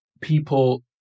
people